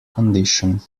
condition